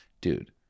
dude